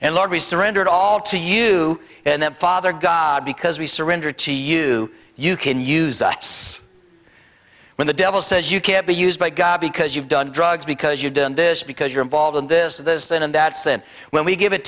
and largely surrender it all to you and that father god because we surrender to you you can use us when the devil says you can't be used by god because you've done drugs because you've done this because you're involved in this this and that sin when we give it